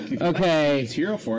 Okay